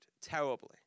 terribly